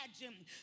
imagine